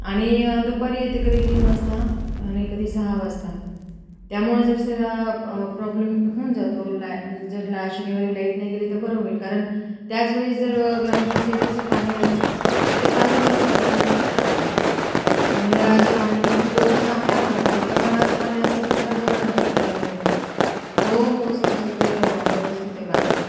आणि दुपारी येते कधी तीन वाजता आणि कधी सहा वाजता त्यामुळे जर सरा प्रॉब्लेम होऊन जातो लाय जर ला शनिवारी लाईट नाही गेली तर बरं होईल कारण त्याचवेळेस जर ग्रामपंचायतीचं पाणी आलं तर ते पाणी वर चढत नाही सर टाकीमध्ये आणि नळाचं पाणी इथे बोरचं आहे आम्हाला पाणी पण नळाचं पाणी असेल तर फार बरं राहतं प्यायला वगैरे हो हो सर सगळे व्यवस्थित आहे बाकी